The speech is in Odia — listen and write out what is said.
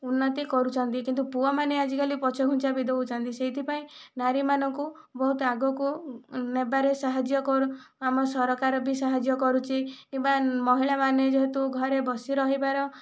ଉନ୍ନତି କରୁଛନ୍ତି କିନ୍ତୁ ପୁଅମାନେ ଆଜିକାଲି ପଛଘୁଞ୍ଚା ବି ଦେଉଛନ୍ତି ସେଇଥିପାଇଁ ନାରୀମାନଙ୍କୁ ବହୁତ ଆଗକୁ ନେବାରେ ସାହାଯ୍ୟ କରୁ ଆମ ସରକାର ବି ସାହାଯ୍ୟ କରୁଛି କିମ୍ବା ମହିଳା ମାନେ ଯେହେତୁ ଘରେ ବସି ରହିବାର